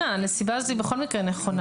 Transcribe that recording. הנסיבה היא בכל מקרה נכונה.